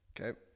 Okay